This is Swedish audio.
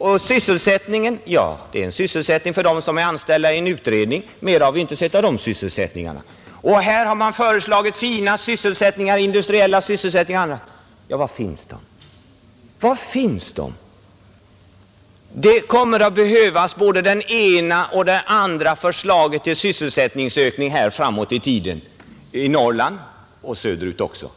Och sysselsättningen? Ja, det är en sysselsättning för dem som är anställda i en utredning. Mera har vi inte sett av den sysselsättningen. Här har man föreslagit fina sysselsättningar, industriella sysselsättningar och annat. Ja, var finns de? Det kommer att behövas både det ena och det andra förslaget till sysselsättningsökning här framåt i tiden — i Norrland och söderut också.